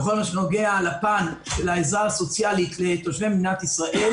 בכל מה שנוגע לפן של העזרה הסוציאלית לתושבי מדינת ישראל,